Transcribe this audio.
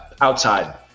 outside